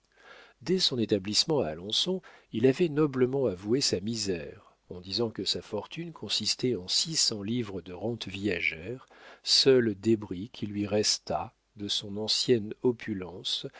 dès son établissement à alençon il avait noblement avoué sa misère en disant que sa fortune consistait en six cents livres de rente viagère seul débris qui lui restât de son ancienne opulence